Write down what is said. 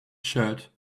shirt